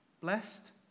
Blessed